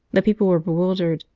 the people were bewildered,